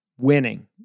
winning